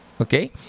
Okay